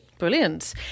brilliant